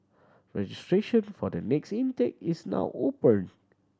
registration for the next intake is now open